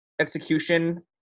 execution